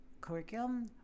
curriculum